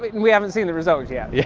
we haven't seen the results yet. yeah,